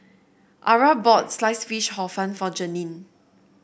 Arah bought Sliced Fish Hor Fun for Janene